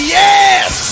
yes